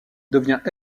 devient